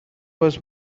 was